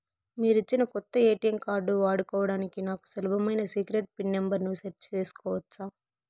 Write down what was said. మీరిచ్చిన కొత్త ATM card వాడుకోవడానికి నాకు సులభమైన సీక్రెట్ పిన్ నెంబర్ ను సెట్ సేసుకోవచ్చా?